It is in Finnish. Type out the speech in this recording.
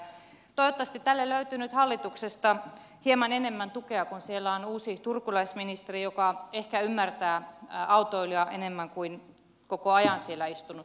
toivottavasti tälle löytyy nyt hallituksesta hieman enemmän tukea kun siellä on uusi turkulaisministeri joka ehkä ymmärtää autoilijaa enemmän kuin koko ajan siellä istunut turkulaisministeri